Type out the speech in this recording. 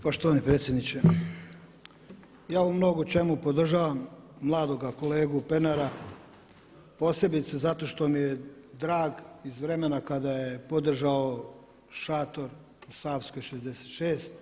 Poštovani predsjedniče, ja u mnogo čemu podržavam mladoga kolegu Pernara, posebice zato što mi je drag iz vremena kada je podržao šator u Savskoj 66.